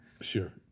Sure